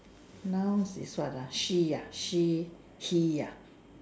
nouns is what ah she ah she he ah